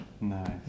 Nice